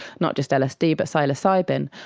not just lsd but psilocybin,